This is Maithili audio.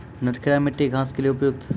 नटखेरा मिट्टी घास के लिए उपयुक्त?